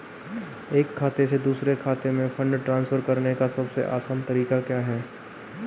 एक खाते से दूसरे खाते में फंड ट्रांसफर करने का सबसे आसान तरीका क्या है?